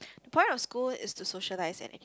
the point of school is to socialise and